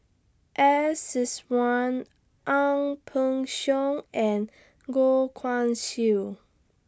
S Iswaran Ang Peng Siong and Goh Guan Siew